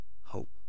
hope